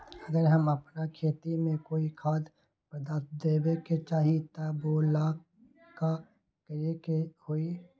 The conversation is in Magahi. अगर हम अपना खेती में कोइ खाद्य पदार्थ देबे के चाही त वो ला का करे के होई?